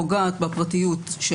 פוגעת בפרטיות.